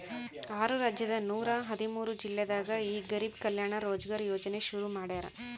ಆರು ರಾಜ್ಯದ ನೂರ ಹದಿಮೂರು ಜಿಲ್ಲೆದಾಗ ಈ ಗರಿಬ್ ಕಲ್ಯಾಣ ರೋಜ್ಗರ್ ಯೋಜನೆ ಶುರು ಮಾಡ್ಯಾರ್